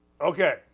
Okay